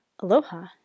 Aloha